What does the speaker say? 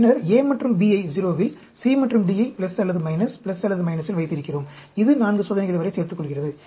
பின்னர் A மற்றும் B ஐ 0 இல் C மற்றும் D யை அல்லது அல்லது இல் வைத்திருக்கிறோம் இது 4 சோதனைகள் வரை சேர்த்துக்கொள்கிறது